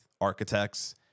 architects